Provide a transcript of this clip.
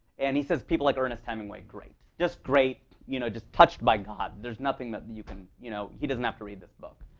and he says people like ernest hemingway great, just great, you know just touched by god. there's nothing that that you can you know he doesn't have to read this book.